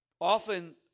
Often